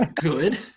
good